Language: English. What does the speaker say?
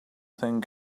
thing